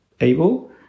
able